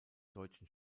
deutschen